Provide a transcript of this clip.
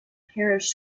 parish